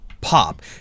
pop